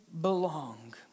belong